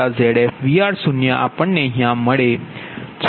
તેથી સમીકરણ 11 નો ઉપયોગ કરીને VifVi0 ZirZrrZf Vr0 મળે છે